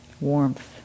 warmth